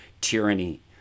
tyranny